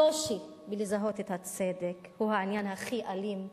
הקושי לזהות את הצדק הוא העניין הכי אלים באי-צדק.